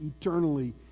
eternally